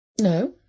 No